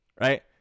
Right